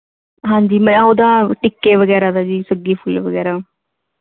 ਹਾਂਜੀ ਮੈਂ ਉਹਦਾ ਟਿੱਕੇ ਵਗੈਰਾ ਦਾ ਜੀ ਸੱਗੀ ਫੁੱਲ ਵਗੈਰਾ